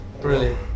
brilliant